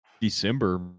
December